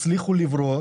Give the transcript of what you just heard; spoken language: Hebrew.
הצליחו לברוח